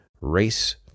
Race